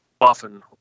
often